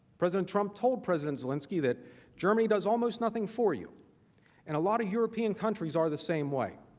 president trump told president zelensky that germany does almost nothing for you and a lot of european countries are the same way,